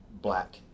black